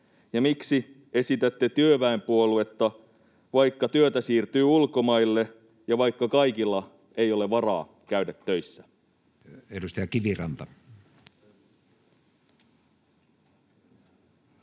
miksi esitätte työväenpuoluetta, vaikka työtä siirtyy ulkomaille ja vaikka kaikilla ei ole varaa käydä töissä? [Speech 90]